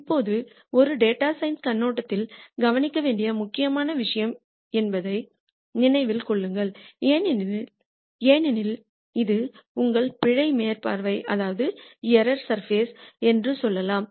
இப்போது இது ஒரு டேட்டா சயின்ஸ் கண்ணோட்டத்தில் கவனிக்க வேண்டிய முக்கியமான விஷயம் என்பதை நினைவில் கொள்ளுங்கள் ஏனெனில் இது உங்கள் பிழை மேற்பரப்பு என்று சொல்லலாம்